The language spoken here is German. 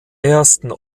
ersten